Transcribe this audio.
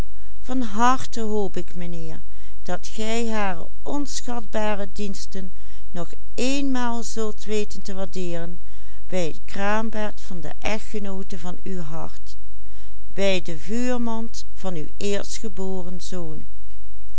hare ontschatbare diensten nog eenmaal zult weten te waardeeren bij het kraambed van de echtgenoote van uw hart bij de vuurmand van uw eerstgeboren zoon